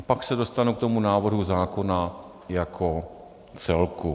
Pak se dostanu k tomu návrhu zákona jako celku.